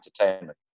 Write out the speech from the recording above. entertainment